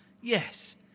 Yes